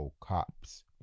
cops